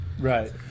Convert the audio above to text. Right